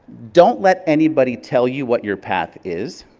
don't let anybody tell you what your path is,